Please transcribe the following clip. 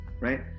right